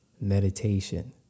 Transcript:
meditation